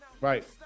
right